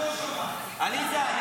רוצה להשיב, עליזה.